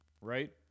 Right